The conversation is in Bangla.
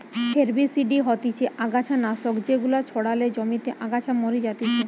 হেরবিসিডি হতিছে অগাছা নাশক যেগুলা ছড়ালে জমিতে আগাছা মরি যাতিছে